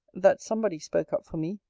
that somebody spoke up for me.